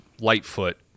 Lightfoot